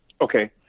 Okay